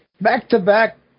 Back-to-back